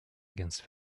against